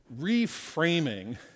reframing